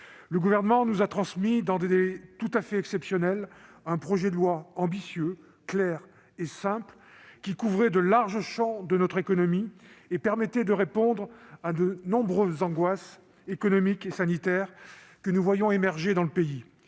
Le Gouvernement nous a transmis dans des délais tout à fait exceptionnels un projet de loi ambitieux, clair et simple, couvrant de larges champs de notre économie et permettant de répondre à de nombreuses angoisses économiques et sanitaires que nous voyions émerger dans le pays.